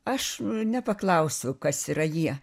aš nepaklausiau kas yra jie